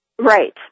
right